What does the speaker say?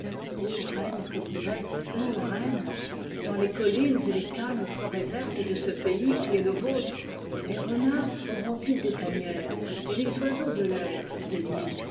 oh reines que vous êtes ô reines dans les collines et les calmes forêts vertes de ce pays qui est le vôtre les renards auront-ils des tanières et les oiseaux de l'air des nids